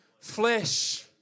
flesh